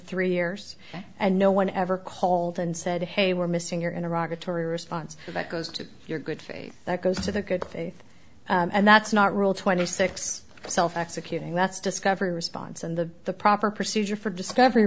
three years and no one ever called and said hey we're missing you're in iraq atory response that goes to your good faith that goes to the good faith and that's not rule twenty six self executing that's discovery response and the the proper procedure for discovery